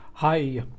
Hi